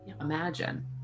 imagine